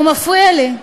הוא מפריע לי.